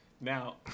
Now